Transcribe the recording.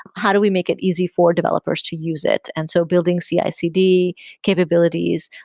how do we make it easy for developers to use it? and so building cicd capabilities,